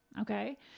Okay